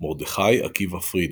מרדכי עקיבא פרידמן,